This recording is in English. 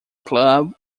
club